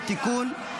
טובין) (תיקון),